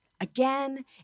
Again